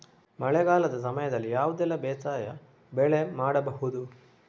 ಮಳೆಗಾಲದ ಸಮಯದಲ್ಲಿ ಯಾವುದೆಲ್ಲ ಬೇಸಾಯ ಬೆಳೆ ಮಾಡಬಹುದು?